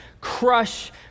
crush